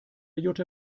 jutta